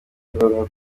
ngombwa